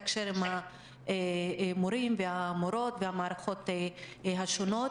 לתקשר עם המורים והמורות והמערכות השונות?